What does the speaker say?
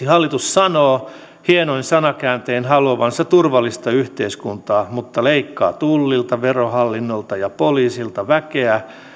hallitus sanoo hienoin sanakääntein haluavansa turvallista yhteiskuntaa mutta leikkaa tullilta verohallinnolta ja poliisilta väkeä